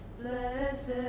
Blessed